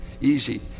easy